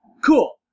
Cool